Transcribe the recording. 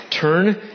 Turn